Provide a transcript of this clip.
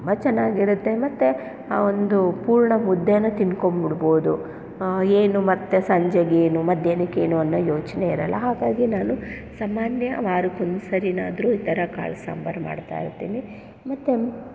ತುಂಬ ಚೆನ್ನಾಗಿರತ್ತೆ ಮತ್ತು ಒಂದು ಪೂರ್ಣ ಮುದ್ದೇ ತಿನ್ಕೊಂಬಿಡ್ಬೋದು ಏನು ಮತ್ತೇ ಸಂಜೆಗೇನು ಮಧ್ಯಾಹ್ನಕ್ಕೇನು ಅನ್ನೋ ಯೋಚನೆ ಇರಲ್ಲ ಹಾಗಾಗಿ ನಾನು ಸಾಮಾನ್ಯ ವಾರಕ್ಕೊಂದ್ಸರಿನಾದರೂ ಈ ಥರ ಕಾಳು ಸಾಂಬಾರು ಮಾಡ್ತಾಯಿರ್ತೀನಿ ಮತ್ತು